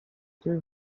threw